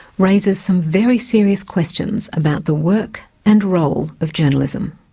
raises some very serious questions about the work and role of journalism.